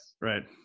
right